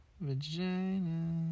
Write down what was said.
Vagina